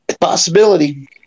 Possibility